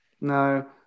No